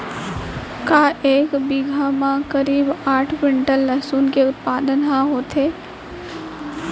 का एक बीघा म करीब आठ क्विंटल लहसुन के उत्पादन ह होथे?